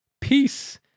Peace